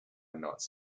knots